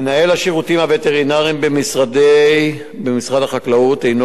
מנהל השירותים הווטרינריים במשרד החקלאות הינו